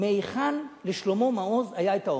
מהיכן לשלמה מעוז היה האומץ?